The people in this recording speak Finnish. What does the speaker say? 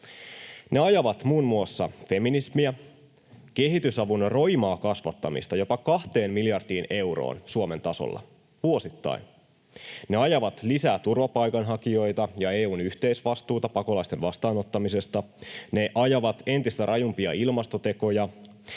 Ne ajavat muun muassa feminismiä, kehitysavun roimaa kasvattamista jopa kahteen miljardiin euroon Suomen tasolla vuosittain, ne ajavat lisää turvapaikanhakijoita ja EU:n yhteisvastuuta pakolaisten vastaanottamisesta, ne ajavat entistä rajumpia ilmastotekoja,